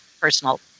personal